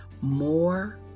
more